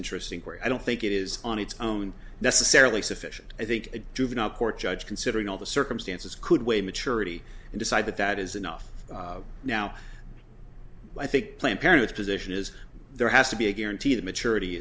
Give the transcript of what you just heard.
interesting where i don't think it is on its own necessarily sufficient i think a juvenile court judge considering all the circumstances could weigh maturity and decide that that is enough now i think plan parents position is there has to be a guarantee that maturity